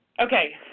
Okay